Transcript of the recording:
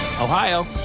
Ohio